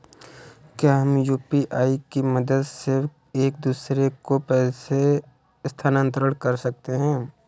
क्या हम यू.पी.आई की मदद से एक दूसरे को पैसे स्थानांतरण कर सकते हैं?